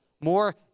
more